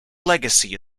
legacy